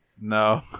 No